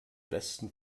beste